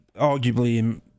arguably